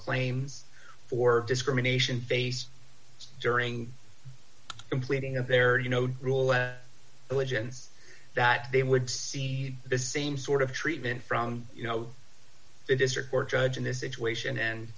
claims for discrimination face during completing of their you know drooling legends that they would see the same sort of treatment from you know the district court judge in this situation and